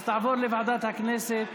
אז תעבור לוועדת הכנסת